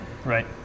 Right